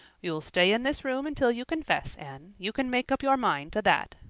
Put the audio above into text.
you'll stay in this room until you confess, anne. you can make up your mind to that,